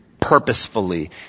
purposefully